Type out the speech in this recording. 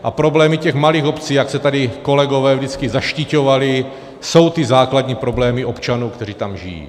A problémy těch malých obcí, jak se tady kolegové vždycky zaštiťovali, jsou ty základní problémy občanů, kteří tam žijí.